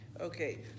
Okay